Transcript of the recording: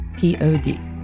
Pod